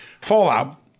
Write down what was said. Fallout